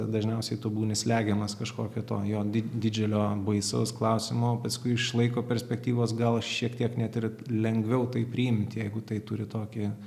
dažniausiai tu būni slegiamas kažkokio to jo di didžiulio baisaus klausimo paskui iš laiko perspektyvos gal šiek tiek net ir lengviau tai priimti jeigu tai turi tokį